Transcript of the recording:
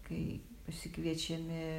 kai pasikviečiami